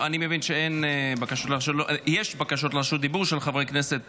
מבין שיש בקשות רשות דיבור של חברי כנסת